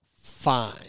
fine